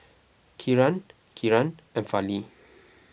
Kiran Kiran and Fali